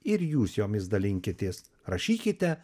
ir jūs jomis dalinkitės rašykite